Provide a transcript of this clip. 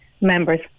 members